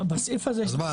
בסעיף הזה --- אז מה,